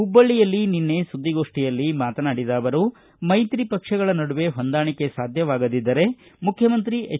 ಹುಬ್ಬಳ್ಳಿಯಲ್ಲಿ ನಿನ್ನೆ ಸುದ್ದಿಗೋಷ್ಠಿಯಲ್ಲಿ ಮಾತನಾಡಿದ ಅವರು ಮೈತ್ರಿ ಪಕ್ಷಗಳ ನಡುವೆ ಹೊಂದಾಣಿಕೆ ಸಾಧ್ಯವಾಗದಿದ್ದರೆ ಮುಖ್ಯಮಂತ್ರಿ ಎಚ್